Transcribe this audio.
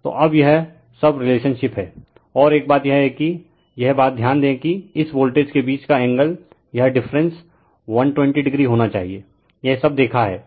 refer slide time 0058 तो अब यह सब रिलेशनशिप हैं और एक बात यह है कि रिफर टाइम 0100 यह बात ध्यान दें कि इस वोल्टेज के बीच का एंगल यह डिफरेंस 120o होना चाहिए यह सब देखा है